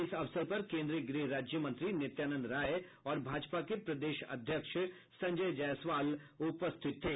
इस अवसर पर केंद्रीय गृह राज्य मंत्री नित्यानंद राय और भाजपा के प्रदेश अध्यक्ष संजय जायसवाल उपस्थित थे